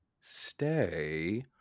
stay